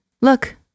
look